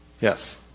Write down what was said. Yes